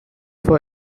for